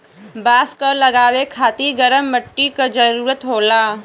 बांस क लगावे खातिर गरम मट्टी क जरूरत होला